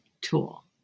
tool